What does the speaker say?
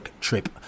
trip